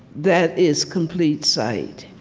that is complete sight.